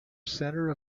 center